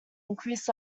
increased